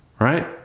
right